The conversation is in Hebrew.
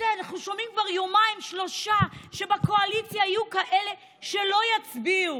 אנחנו שומעים כבר יומיים-שלושה שבקואליציה יהיו כאלה שלא יצביעו.